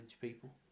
people